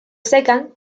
secan